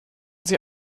sie